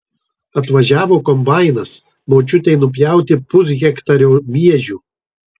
atvažiavo kombainas močiutei nupjauti pushektario miežių